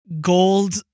gold